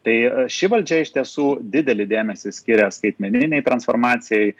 tai ši valdžia iš tiesų didelį dėmesį skiria skaitmeninei transformacijai